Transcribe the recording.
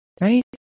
Right